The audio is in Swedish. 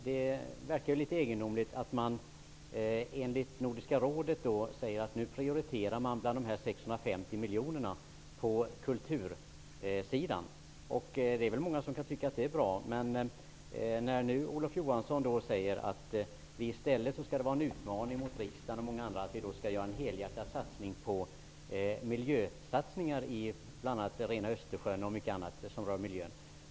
Det verkar litet egendomligt att Nordiska rådet inom ramen för de 650 miljonerna gör prioriteringar på kultursidan, vilket många kan tycka är bra, medan Olof Johansson säger att det skall vara en utmaning för riksdagen och andra parter att göra miljösatsningar, bl.a. för att rena Östersjön.